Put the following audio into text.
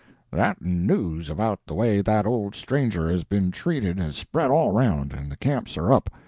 that news about the way that old stranger has been treated has spread all around, and the camps are up.